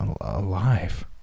Alive